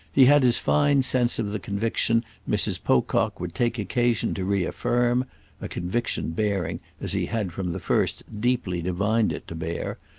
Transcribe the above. he had his fine sense of the conviction mrs. pocock would take occasion to reaffirm a conviction bearing, as he had from the first deeply divined it to bear,